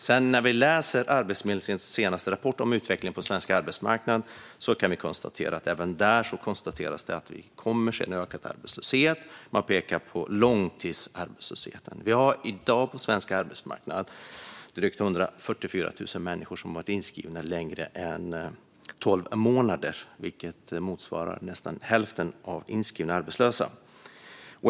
Även i Arbetsförmedlingens senaste rapport om utvecklingen på den svenska arbetsmarknaden konstateras att vi kommer att se en ökad arbetslöshet. Man pekar också på långtidsarbetslösheten. På den svenska arbetsmarknaden finns i dag drygt 144 000 människor som har varit inskrivna längre än tolv månader, vilket motsvarar nästan hälften av de inskrivna arbetslösa.